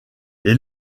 les